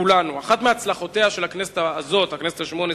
אחת מהצלחותיה של הכנסת הזאת, הכנסת השמונה-עשרה,